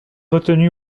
retenue